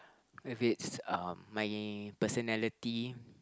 if it's uh my personality